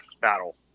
battle